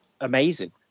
amazing